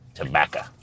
tobacco